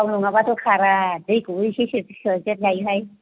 थाव नोङाबाथ' खारा दैखौबो एसे सोदेर जायोहाय